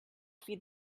feed